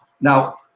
now